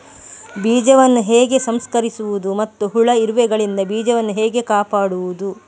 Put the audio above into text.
ಬೀಜವನ್ನು ಹೇಗೆ ಸಂಸ್ಕರಿಸುವುದು ಮತ್ತು ಹುಳ, ಇರುವೆಗಳಿಂದ ಬೀಜವನ್ನು ಹೇಗೆ ಕಾಪಾಡುವುದು?